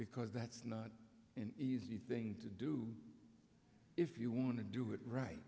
because that's not an easy thing to do if you want to do it right